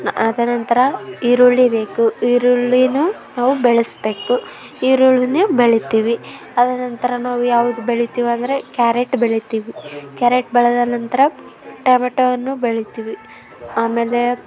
ಅದು ನಂತರ ಈರುಳ್ಳಿ ಬೇಕು ಈರುಳ್ಳಿನೂ ನಾವು ಬೆಳೆಸ್ಬೇಕು ಈರುಳ್ಳಿನೂ ಬೆಳಿತೀವಿ ಅದರ ನಂತರ ನಾವು ಯಾವುದು ಬೆಳಿತೀವಂದ್ರೆ ಕ್ಯಾರೆಟ್ ಬೆಳಿತೀವಿ ಕ್ಯಾರೆಟ್ ಬೆಳೆದ ನಂತರ ಟಮೆಟೋವನ್ನು ಬೆಳಿತೀವಿ ಆಮೇಲೆ